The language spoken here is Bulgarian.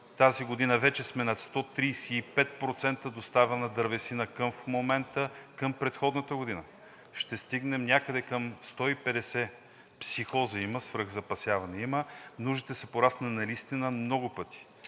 Тази година вече сме на 135% доставена дървесина в момента към предходната година. Ще стигнем някъде към 150. Психоза има, свръхзапасяване има, нуждите са пораснали наистина много пъти.